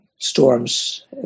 storms